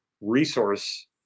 resource